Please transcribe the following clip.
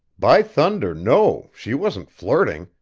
by thunder, no, she wasn't flirting!